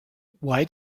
why